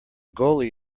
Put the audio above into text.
goalie